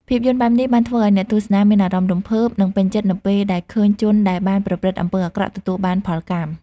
ភាពយន្តបែបនេះបានធ្វើឲ្យអ្នកទស្សនាមានអារម្មណ៍រំភើប និងពេញចិត្តនៅពេលដែលឃើញជនដែលបានប្រព្រឹត្តអំពើអាក្រក់ទទួលបានផលកម្ម។